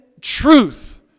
truth